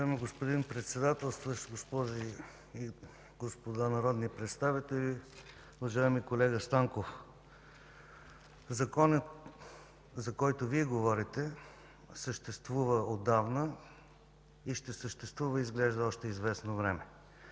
Уважаеми господин Председател, госпожи и господа народни представители! Уважаеми колега Станков, законът, за който Вие говорите, съществува отдавна и ще съществува изглежда още известно време.